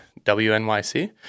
WNYC